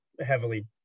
heavily